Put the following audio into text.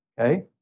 okay